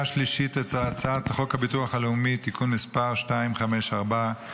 השלישית את הצעת חוק הביטוח הלאומי (תיקון מס' 254),